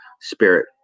spirit